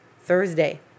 Thursday